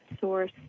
source